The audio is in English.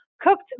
cooked